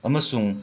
ꯑꯃꯁꯨꯡ